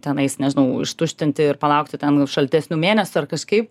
tenai jis nežinau ištuštinti ir palaukti ten gal šaltesnių mėnesių ar kažkaip